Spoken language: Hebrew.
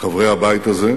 חברי הבית הזה,